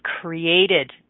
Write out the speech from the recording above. created